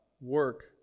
work